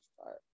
start